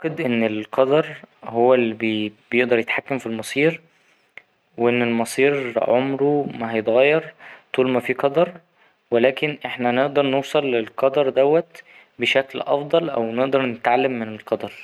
أعتقد إن القدر هو اللي بيـ ـ بيقدر يتحكم في المصير وإن المصير عمره ما هيتغير طول ما في قدر ولكن إحنا نقدر نوصل للقدر دوت بشكل أفضل أو نقدر نتعلم من القدر.